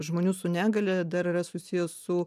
žmonių su negalia dar yra susijęs su